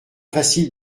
facile